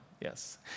Yes